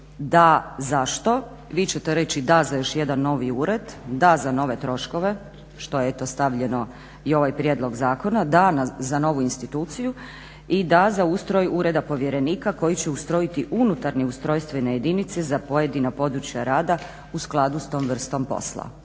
da zašto, vi ćete reći da za još jedan novi ured, da za nove troškove što je eto stavljeno i u ovaj prijedlog zakona, da za novu instituciju i da za ustroj ureda povjerenika koji će ustrojiti unutarnje ustrojstvene jedinice za pojedina područja rada u skladu s tom vrstom posla.